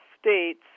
states